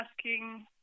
asking